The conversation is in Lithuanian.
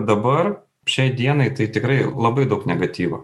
dabar šiai dienai tai tikrai labai daug negatyvo